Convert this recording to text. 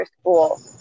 school